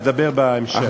אדבר בהמשך.